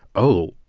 oh,